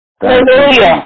Hallelujah